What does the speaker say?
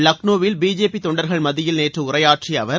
லக்னோவில் பிஜேபி தொண்டர்கள் மத்தியில் நேற்று உரையாற்றிய அவர்